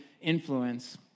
influence